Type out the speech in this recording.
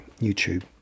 YouTube